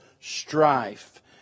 strife